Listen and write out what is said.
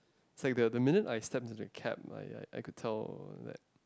it's like the minute I stepped into the cab I I I could tell that